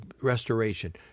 restoration